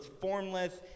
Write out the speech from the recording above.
formless